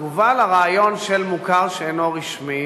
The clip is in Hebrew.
התגובה לרעיון של מוכר שאינו רשמי